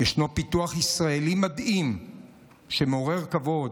ישנו פיתוח ישראלי מדהים שמעורר כבוד,